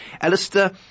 Alistair